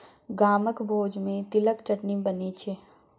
गामक भोज मे तिलक चटनी बनै छै